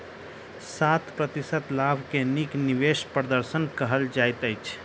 सात प्रतिशत लाभ के नीक निवेश प्रदर्शन कहल जाइत अछि